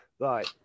Right